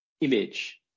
image